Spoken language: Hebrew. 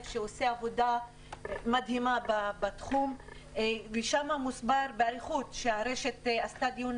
שעושה עבודה מדהימה בתחום ושם מוסבר באריכות שהרשת עשתה דין